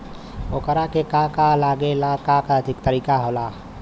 ओकरा के का का लागे ला का तरीका होला?